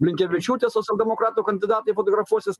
blinkevičiūte socialdemokratų kandidatai fotografuosis